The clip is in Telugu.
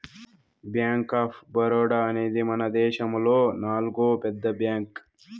బ్యాంక్ ఆఫ్ బరోడా అనేది మనదేశములో నాల్గో పెద్ద బ్యాంక్